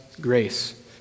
grace